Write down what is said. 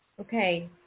okay